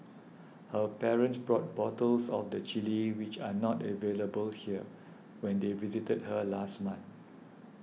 her parents brought bottles of the chilli which are not available here when they visited her last month